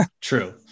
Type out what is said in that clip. True